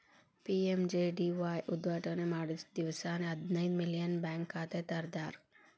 PMJDY ಉದ್ಘಾಟನೆ ಮಾಡಿದ್ದ ದಿವ್ಸಾನೆ ಹದಿನೈದು ಮಿಲಿಯನ್ ಬ್ಯಾಂಕ್ ಖಾತೆ ತೆರದಾರ್